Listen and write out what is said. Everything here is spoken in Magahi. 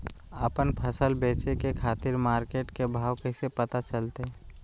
आपन फसल बेचे के खातिर मार्केट के भाव कैसे पता चलतय?